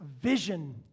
vision